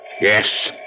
Yes